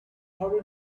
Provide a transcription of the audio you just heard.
how